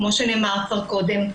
כמו שנאמר כבר קודם,